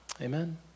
Amen